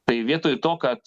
tai vietoj to kad